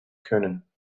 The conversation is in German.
können